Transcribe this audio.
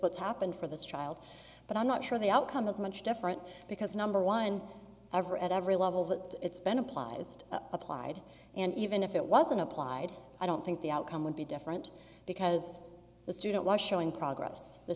what's happened for this child but i'm not sure the outcome is much different because number one ever at every level that it's been applies to applied and even if it wasn't applied i don't think the outcome would be different because the student was showing progress the